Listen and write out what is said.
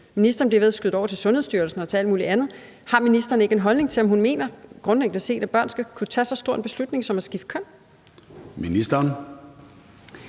Ministeren bliver ved med at skyde det over til Sundhedsstyrelsen og alt muligt andet. Har ministeren ikke en holdning til, om hun grundlæggende set mener, at børn skal kunne tage så stor en beslutning som at skifte køn? Kl.